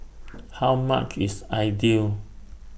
How much IS Idly